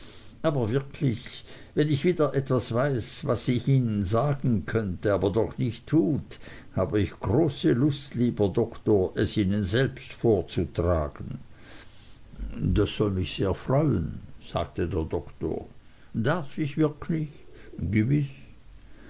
aber wirklich wenn ich wieder etwas weiß was sie ihnen sagen könnte aber doch nicht tut habe ich große lust lieber doktor es ihnen selbst vorzutragen das soll mich sehr freuen sagte der doktor darf ich wirklich gewiß